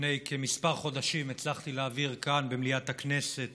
לפני כמה חודשים הצלחתי להעביר כאן במליאת הכנסת